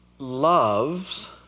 Loves